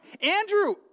Andrew